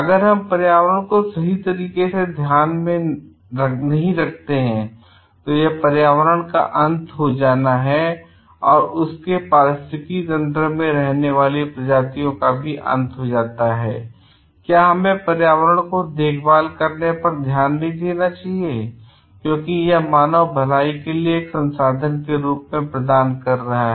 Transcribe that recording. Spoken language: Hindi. अगर हम पर्यावरण का सही तरीके से ध्यान नहीं रखते हैं तो यह पर्यावरण का अंत हो जाना है और उसके पारिस्थितिकी तंत्र में रहने वाली प्रजातियों का भी अंत हो सकता है और क्याहमें पर्यावरण की देखभाल करने पर ध्यान नहीं देना चाहिए क्योंकि यह मानव भलाई के लिए एक संसाधन के रूप में प्रदान कर रहा है